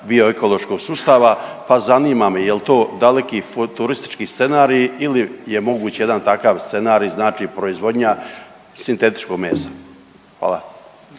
bioekološkog sustava pa zanima me je li to daleki futuristički scenarij ili je moguće jedan takav scenarij, znači proizvodnja sintetičkog mesa? Hvala.